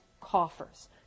coffers